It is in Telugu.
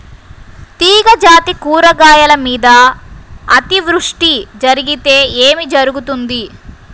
తీగజాతి కూరగాయల మీద అతివృష్టి జరిగితే ఏమి జరుగుతుంది?